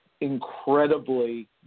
incredibly